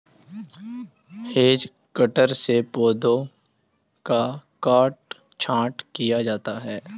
hedge cutter से पौधों का काट छांट किया जाता है